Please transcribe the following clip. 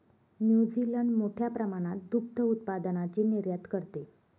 New Zealand मोठ्या प्रमाणात दुग्ध उत्पादनाची निर्यात करते